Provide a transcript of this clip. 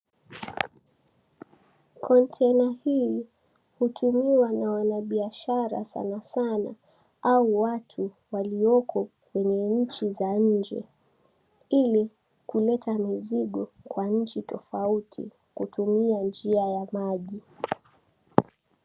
Container hii hutumiwa na wanabiashara sanasana au watu walioko kwenye nchi za nje ili kuleta mizigo kwa nchi tofauti kutumia njia ya maji.